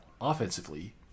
offensively